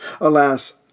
Alas